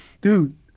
Dude